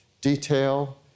detail